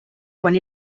quan